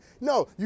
No